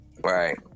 Right